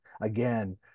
again